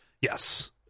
Yes